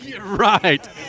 Right